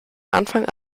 anfang